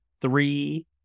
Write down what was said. three